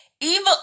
Evil